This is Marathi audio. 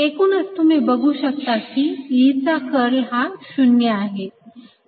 एकूणच तुम्ही बघू शकता की E चा कर्ल हा 0 आहे